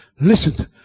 listen